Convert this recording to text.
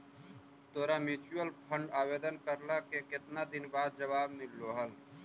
तोरा mutual fund आवेदन करला के केतना दिन बाद जवाब मिललो हल?